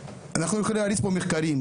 אנחנו יכולים להריץ פה מחקרים,